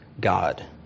God